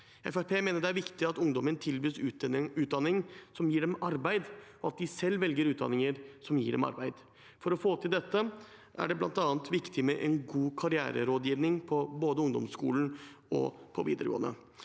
mener det er viktig at ungdommen tilbys utdanning som gir dem arbeid, og at de selv velger utdanning som gir dem arbeid. For å få til dette er det bl.a. viktig med en god karriererådgiving på både ungdomsskolen og videregående.